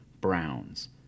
browns